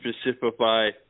specify